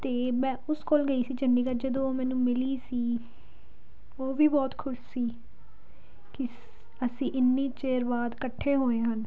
ਅਤੇ ਮੈਂ ਉਸ ਕੋਲ ਗਈ ਸੀ ਚੰਡੀਗੜ ਜਦੋਂ ਉਹ ਮੈਨੂੰ ਮਿਲੀ ਸੀ ਉਹ ਵੀ ਬਹੁਤ ਖੁਸ਼ ਸੀ ਕਿਸ ਅਸੀਂ ਇੰਨੇ ਚਿਰ ਬਾਅਦ ਇਕੱਠੇ ਹੋਏ ਹਨ